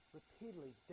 repeatedly